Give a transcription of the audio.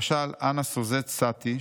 למשל אנה סוזט-סטי,